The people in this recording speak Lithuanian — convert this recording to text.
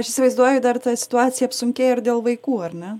aš įsivaizduoju dar ta situacija apsunkėja ir dėl vaikų ar ne